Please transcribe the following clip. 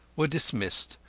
were dismissed,